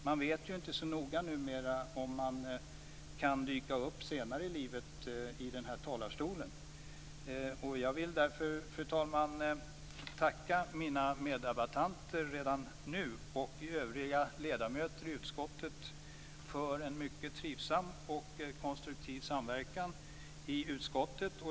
Man vet ju inte så noga nu om man senare i livet dyker upp i den här talarstolen. Jag vill därför, fru talman, tacka mina meddebattanter i utskottet och övriga ledamöter i utskottet för en mycket trivsam och konstruktiv samverkan i utskottet.